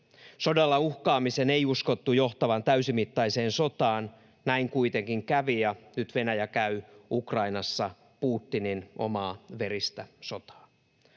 Sodalla uhkaamisen ei uskottu johtavan täysimittaiseen sotaan. Näin kuitenkin kävi, ja nyt Venäjä käy Ukrainassa Putinin omaa veristä sotaa.